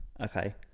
Okay